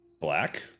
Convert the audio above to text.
black